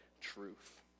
truth